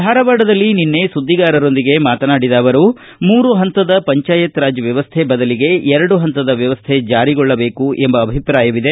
ಧಾರವಾಡದಲ್ಲಿ ನಿನ್ನೆ ಸುದ್ದಿಗಾರರೊಂದಿಗೆ ಮಾತನಾಡಿದ ಅವರು ಮೂರು ಹಂತದ ಪಂಚಾಯತರಾಜ್ ವ್ವವಶೈ ಬದಲಿಗೆ ಎರಡು ಹಂತದ ವ್ಯವಶೈ ಜಾರಿಗೊಳ್ಳಬೇಕು ಎಂಬ ಅಭಿಪ್ರಾಯವಿದೆ